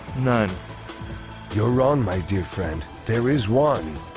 none you're wrong my dear friend. there is one